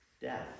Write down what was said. Death